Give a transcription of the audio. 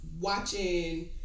watching